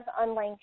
online